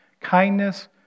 kindness